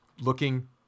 looking